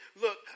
look